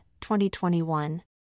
2021